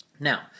Now